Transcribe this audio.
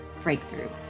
breakthrough